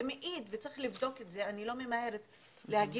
צריך לבדוק - ואני לא ממהרת לומר